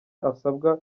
asabwa